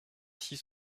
six